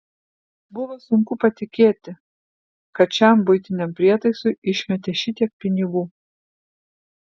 buvo sunku patikėti kad šiam buitiniam prietaisui išmetė šitiek pinigų